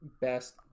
best